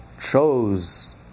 chose